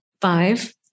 Five